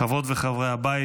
חברות וחברי הבית,